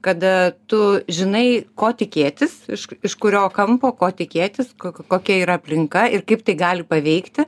kada tu žinai ko tikėtis iš iš kurio kampo ko tikėtis ko kokia yra aplinka ir kaip tai gali paveikti